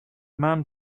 man